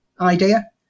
idea